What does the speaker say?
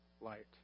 light